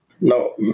no